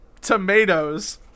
tomatoes